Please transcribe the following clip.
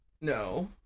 No